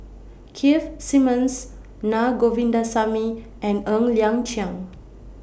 Keith Simmons Na Govindasamy and Ng Liang Chiang